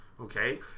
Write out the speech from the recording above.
okay